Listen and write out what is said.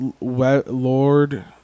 Lord